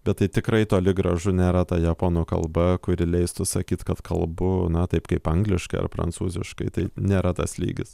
bet tai tikrai toli gražu nėra ta japonų kalba kuri leistų sakyt kad kalbu na taip kaip angliškai ar prancūziškai tai nėra tas lygis